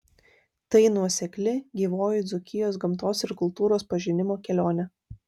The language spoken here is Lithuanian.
tai nuosekli gyvoji dzūkijos gamtos ir kultūros pažinimo kelionė